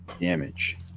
Damage